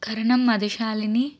Karanam Madhu Shalini